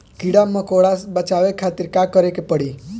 कीड़ा मकोड़ा से बचावे खातिर का करे के पड़ी?